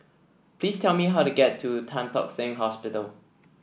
please tell me how to get to Tan Tock Seng Hospital